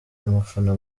umufana